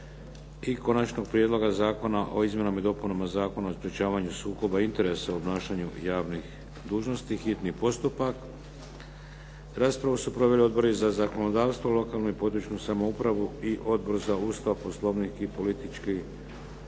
- Konačni prijedlog zakona o Izmjenama i dopunama Zakona o sprječavanju sukoba interesa u obnašanju javnih dužnosti, hitni postupak, prvo i drugo čitanje, P.Z. br. 296; Raspravu su proveli Odbori za zakonodavstvo, lokalnu i područnu samoupravu i Odbor za Ustav, Poslovnik i politički sustav.